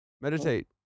Meditate